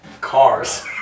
Cars